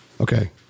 Okay